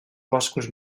boscos